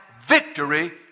victory